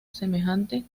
semejante